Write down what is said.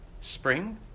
spring